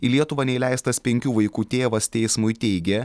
į lietuvą neįleistas penkių vaikų tėvas teismui teigė